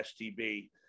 STB